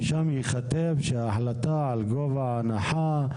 ייכתב שההחלטה על גובה ההנחה,